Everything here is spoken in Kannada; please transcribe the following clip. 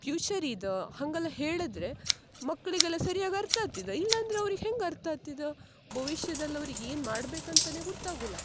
ಪ್ಯೂಚರ್ ಇದು ಹಾಗಲ್ಲ ಹೇಳಿದ್ರೆ ಮಕ್ಕಳಿಗೆಲ್ಲ ಸರಿಯಾಗಿ ಅರ್ಥ ಆತು ಇದು ಇಲ್ಲಾಂದ್ರೆ ಅವ್ರಿಗೆ ಹೆಂಗೆ ಅರ್ಥ ಆತು ಇದು ಭವಿಷ್ಯದಲ್ಲಿ ಅವ್ರಿಗೆ ಏನು ಮಾಡ್ಬೇಕಂತಲೇ ಗೊತ್ತಾಗುಲ್ಲ